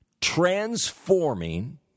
Transforming